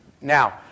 Now